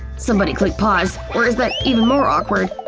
somebody click pause! or is that even more awkward?